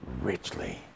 richly